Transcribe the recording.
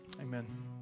Amen